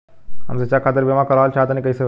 हम शिक्षा खातिर बीमा करावल चाहऽ तनि कइसे होई?